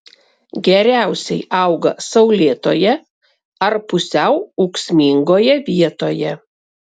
geriausiai auga saulėtoje ar pusiau ūksmingoje vietoje